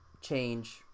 change